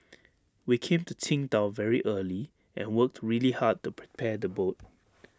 we came to Qingdao very early and worked really hard to prepare the boat